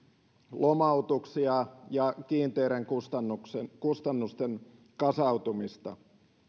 lomautuksia ja kiinteiden kustannusten kasautumista